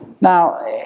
Now